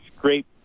great